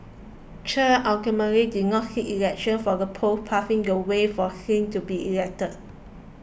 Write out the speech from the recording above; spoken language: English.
Chen ultimately did not seek election for the post paving the way for Singh to be elected